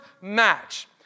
match